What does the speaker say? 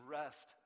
rest